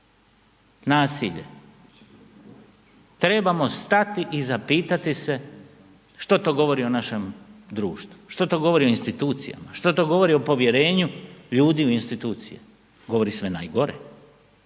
nasilje trebamo stati i zapitati se što to govori o našem društvu, što to govori o institucijama, što to govori o povjerenju ljudi u institucije. Govori sve najgore,